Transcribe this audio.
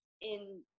in-